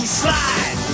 slide